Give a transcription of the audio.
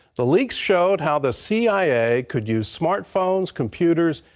the leaks showed how the c i a. could use smartphones, computers,